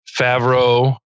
Favreau